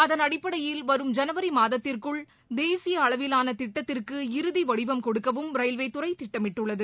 அதன் அடிப்படையில் வரும் ஜனவரி மாதத்திற்குள் தேசிய அளவிலான திட்டத்திற்கு இறுதிவடிவம் கொடுக்கவும் ரயில்வேத்துறை திட்டமிட்டுள்ளது